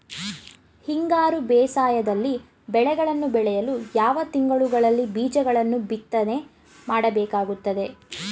ಹಿಂಗಾರು ಬೇಸಾಯದಲ್ಲಿ ಬೆಳೆಗಳನ್ನು ಬೆಳೆಯಲು ಯಾವ ತಿಂಗಳುಗಳಲ್ಲಿ ಬೀಜಗಳನ್ನು ಬಿತ್ತನೆ ಮಾಡಬೇಕಾಗುತ್ತದೆ?